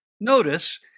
Notice